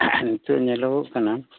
ᱱᱤᱛᱚᱜ ᱧᱮᱞᱚᱜᱚᱜ ᱠᱟᱱᱟ